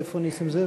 איפה נסים זאב?